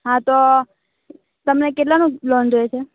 હા તો તમને કેટલાનું લોન જોઈએ છે